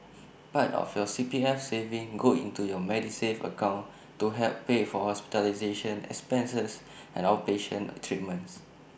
part of your C P F savings go into your Medisave account to help pay for hospitalization expenses and outpatient treatments